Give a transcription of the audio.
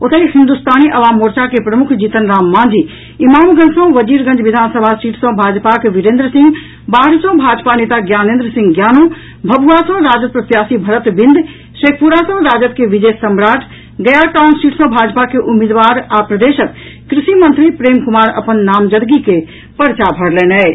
ओतहि हिन्दुस्तानी अवाम मोर्चा के प्रमुख जीतन राम मांझी इमामगंज सॅ वजीरगंज विधानसभा सीट सॅ भाजपाक वीरेन्द्र सिंह बाढ़ सॅ भाजपा नेता ज्ञानेन्द्र सिंह ज्ञानू भभुआ सॅ राजद प्रत्याशी भरत बिंद शेखपुरा सॅ राजद के विजय सम्राट गया टाउन सीट सॅ भाजपा के उम्मीदवार आ प्रदेशक कृषि मंत्री प्रेम कुमार अपन नामजदगी के पर्चा भरलनि अछि